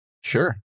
Sure